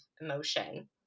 emotion